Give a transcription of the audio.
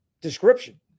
description